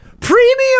Premium